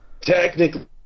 Technically